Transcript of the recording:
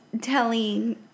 telling